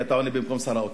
כי אתה עונה במקום שר האוצר.